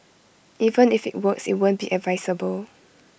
even if IT works IT won't be advisable